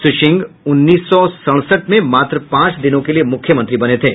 श्री सिंह उन्नीस सौ सड़सठ में मात्र पांच दिनों के लिये मुख्यमंत्री बने थे